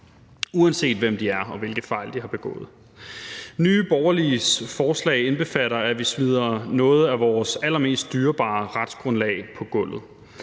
uanset hvem de er og hvilke fejl de har begået. Nye Borgerliges forslag indbefatter, at vi smider noget af vores allermest dyrebare retsgrundlag på gulvet: